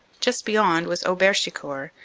just beyond was auberchicourt,